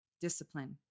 discipline